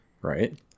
right